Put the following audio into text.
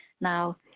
now